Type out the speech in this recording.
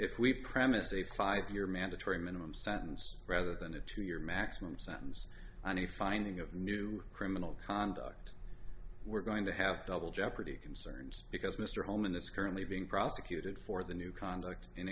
if we premise a five year mandatory minimum sentence rather than a two year maximum sentence on a finding of new criminal conduct we're going to have double jeopardy concerns because mr holman this currently being prosecuted for the new con